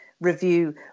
Review